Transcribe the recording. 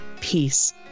peace